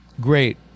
great